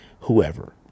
whoever